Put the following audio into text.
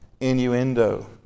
innuendo